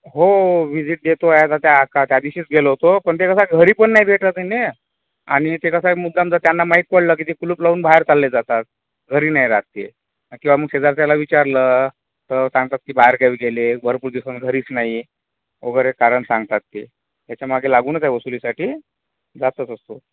हो विझीट देतो आहे त्या त्या दिवशीच गेलो होतो पण ते कसा आहे ते घरी पण नाही भेटत आहे ना आणि ते कसं आहे मग मुद्दाम जर त्यांना माहीत पडलं की ते कुलूप लावून बाहेर चालले जातात घरी नाही राहत ते किंवा अमूक शेजारच्याला विचारलं तर सांगतात की बाहेरगावी गेले भरपूर दिवसान घरीच नाही वगैरे कारण सांगतात ते त्याच्या मागे लागूनच आहे वसुलीसाठी जातच असतो